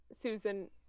Susan